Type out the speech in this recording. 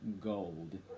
gold